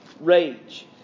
rage